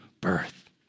birth